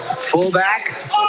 fullback